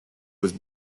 was